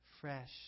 fresh